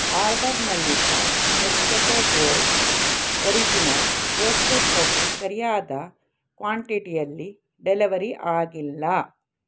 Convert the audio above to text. ಆರ್ಡರ್ನಲ್ಲಿದ್ದ Nescafe gold original roasted coffee ಸರಿಯಾದ ಕ್ವಾಂಟಿಟಿಯಲ್ಲಿ delivery ಆಗಿಲ್ಲ